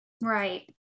Right